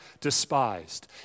despised